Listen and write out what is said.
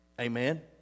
Amen